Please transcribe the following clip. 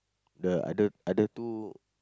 the other other two